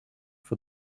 for